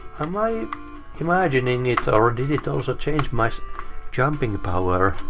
am i imagining it, or did it also change my so jumping power?